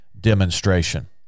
demonstration